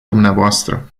dumneavoastră